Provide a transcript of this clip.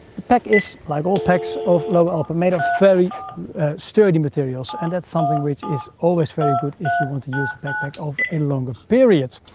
the pack is, like all packs of lowe alpine are made of very sturdy materials, and that's something which is always very good if you want to use a backpack over a longer period.